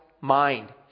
mind